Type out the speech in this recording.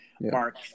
mark